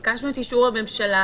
ביקשנו את אישור הממשלה,